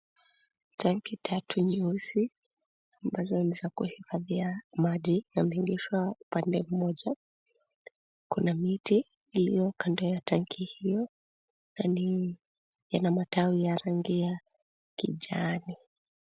Tangi tatu nyeusi ambazo ni za kuhifadhia maji na linapaa pande moja. Kuna miti iliyo kando ya tangi hio na yana matawi ya rangi ya kijani.